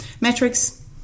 metrics